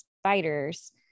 spiders